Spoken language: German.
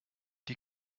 die